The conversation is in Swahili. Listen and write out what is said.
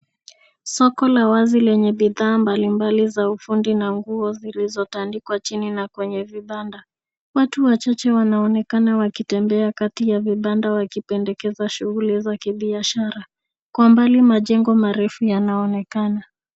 Soko la wazi lenye bidhaa mbalimbali za ufundi na nguo zilizotandikwa chini na kwenye vibanda. Watu wachache wanaonekana wakitembea kati ya vibanda wakipendekeza shughuli za kibiashara. Kwa mbali majengo marefu yanaonekana.